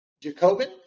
Jacobin